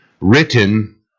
written